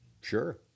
Sure